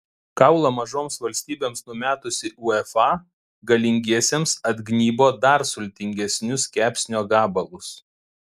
kaulą mažoms valstybėms numetusi uefa galingiesiems atgnybo dar sultingesnius kepsnio gabalus